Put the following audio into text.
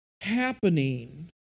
happening